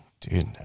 dude